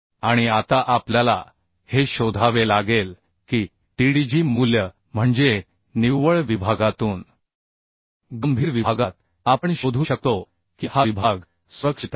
आणि आता आपल्याला हे शोधावे लागेल की TDG मूल्य म्हणजे निव्वळ विभागातून गंभीर विभागात आपण शोधू शकतो की हा विभाग सुरक्षित आहे